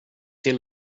till